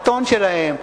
הטון שלהם,